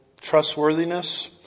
trustworthiness